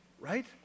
right